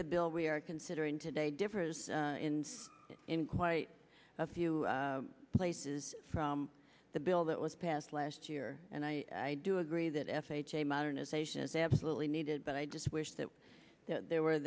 e bill we are considering today differs in quite a few places from the bill that was passed last year and i do agree that f h a modernization is absolutely needed but i just wish that there were